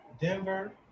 Denver